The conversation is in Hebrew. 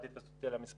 אל תתפסו אותי על המספר,